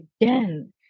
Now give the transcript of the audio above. again